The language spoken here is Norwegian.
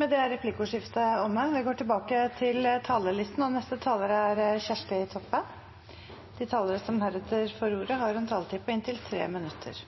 Replikkordskiftet er omme. De talerne som heretter får ordet, har også en taletid på inntil 3 minutter.